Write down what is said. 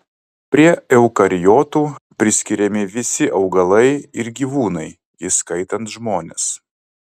prie eukariotų priskiriami visi augalai ir gyvūnai įskaitant žmones